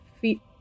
feet